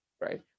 right